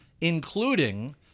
including